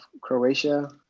Croatia